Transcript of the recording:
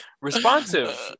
Responsive